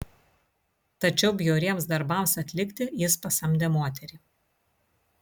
tačiau bjauriems darbams atlikti jis pasamdė moterį